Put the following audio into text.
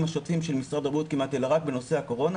השוטפים של משרד הבריאות אלא רק בנושא הקורונה